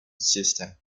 system